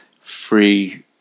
free